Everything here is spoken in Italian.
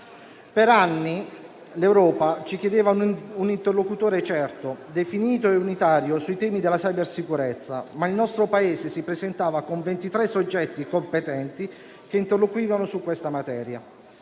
Per anni l'Europa ci chiedeva un interlocutore certo, definito e unitario sui temi della cybersicurezza, ma il nostro Paese si presentava con 23 soggetti competenti che interloquivano su questa materia.